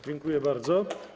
Dziękuję bardzo.